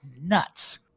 nuts